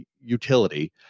utility